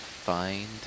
Find